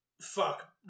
Fuck